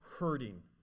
hurting